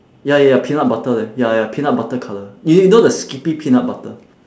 ya ya ya peanut butter leh ya ya peanut butter colour y~ you know the skippy peanut butter